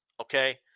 okay